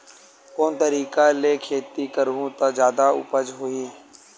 कोन तरीका ले खेती करहु त जादा उपज होही?